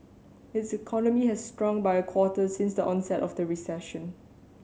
its economy has shrunk by a quarter since the onset of the recession